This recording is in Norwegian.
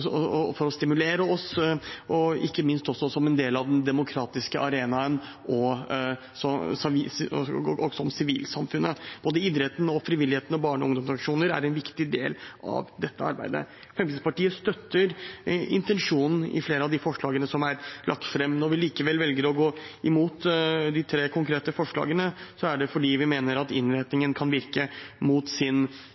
og for å stimulere oss, og ikke minst også som del av den demokratiske arenaen og som del av sivilsamfunnet. Både idretten, frivilligheten og barne- og ungdomsorganisasjoner er en viktig del av dette arbeidet. Fremskrittspartiet støtter intensjonen i flere av de forslagene som er lagt fram. Når vi likevel velger å gå imot de tre konkrete forslagene, er det fordi vi mener at